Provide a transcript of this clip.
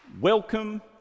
welcome